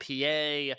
pa